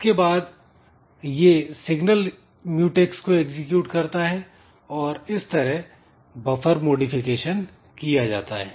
इसके बाद यह सिग्नल म्यूटेक्स को एग्जीक्यूट करता है और इस तरह बफर मॉडिफिकेशन किया जाता है